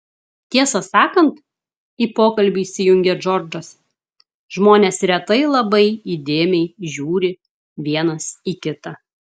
tiesą sakant į pokalbį įsijungė džordžas žmonės retai labai įdėmiai žiūri vienas į kitą